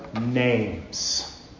names